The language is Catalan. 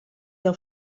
deu